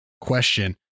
question